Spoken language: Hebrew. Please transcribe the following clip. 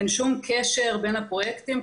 אין שום קשר בין הפרויקטים.